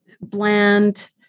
bland